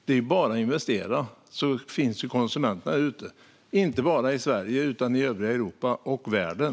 Det är bara att investera. Konsumenterna finns där ute, inte bara i Sverige utan också i övriga Europa och världen.